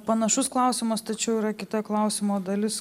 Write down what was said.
panašus klausimas tačiau yra kita klausimo dalis